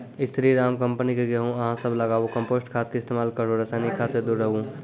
स्री Ram company के गेहूँ अहाँ सब लगाबु कम्पोस्ट खाद के इस्तेमाल करहो रासायनिक खाद से दूर रहूँ?